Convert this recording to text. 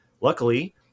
luckily